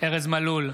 ארז מלול,